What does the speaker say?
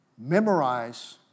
Memorize